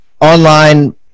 online